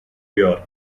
york